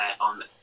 on